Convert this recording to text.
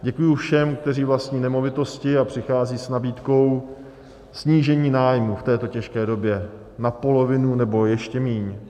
Děkuji všem, kteří vlastní nemovitosti a přicházejí s nabídkou snížení nájmu v této těžké době na polovinu nebo ještě míň.